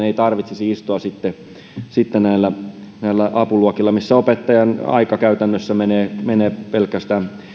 ei tarvitsisi istua näillä näillä apuluokilla missä opettajan aika käytännössä menee pelkästään